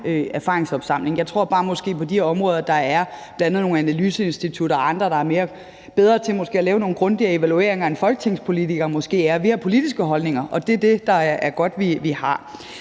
erfaringsopsamling. Jeg tror måske bare, at der på de områder, der er, er nogle analyseinstitutter og andre, der måske er bedre til at lave nogle grundigere evalueringer, end folketingspolitikere måske er. Vi har politiske holdninger, og det er godt, at vi har